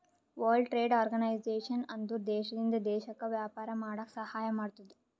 world trade organization ಅಂದುರ್ ದೇಶದಿಂದ್ ದೇಶಕ್ಕ ವ್ಯಾಪಾರ ಮಾಡಾಕ ಸಹಾಯ ಮಾಡ್ತುದ್